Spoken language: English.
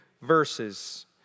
verses